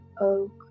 oak